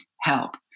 help